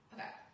Okay